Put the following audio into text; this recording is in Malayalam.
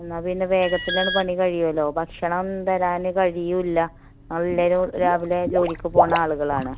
എന്നാൽ പിന്നെ വേഗത്തിൽ പണി കഴിയുമല്ലോ ഭക്ഷണം ഒന്നും തരാൻ കഴിയില്ല നമ്മൾ എല്ലാവരും രാവിലെ ജോലിക്ക് പോവുന്ന ആളുകളാണ്